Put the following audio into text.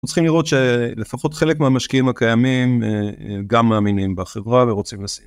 צריכים לראות שלפחות חלק מהמשקיעים הקיימים, א.. גם מאמינים בחברה ורוצים לשים.